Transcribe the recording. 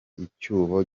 icyuho